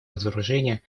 разоружения